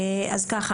אז ככה,